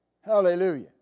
Hallelujah